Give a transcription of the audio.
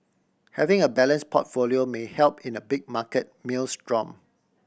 having a balance portfolio may help in a big market maelstrom